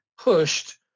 pushed